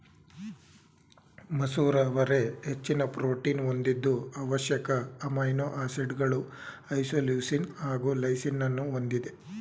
ಮಸೂರ ಅವರೆ ಹೆಚ್ಚಿನ ಪ್ರೋಟೀನ್ ಹೊಂದಿದ್ದು ಅವಶ್ಯಕ ಅಮೈನೋ ಆಸಿಡ್ಗಳು ಐಸೋಲ್ಯೂಸಿನ್ ಹಾಗು ಲೈಸಿನನ್ನೂ ಹೊಂದಿದೆ